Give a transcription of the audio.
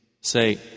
Say